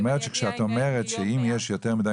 זאת אומרת שכשאת אומרת שאם יש יותר מדי